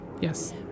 Yes